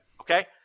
Okay